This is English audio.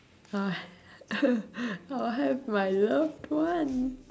I will have my loved one